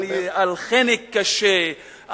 על חנק קשה,